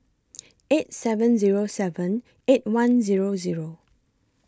eight seven Zero seven eight one Zero Zero